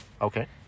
Okay